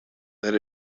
that